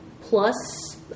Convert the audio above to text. plus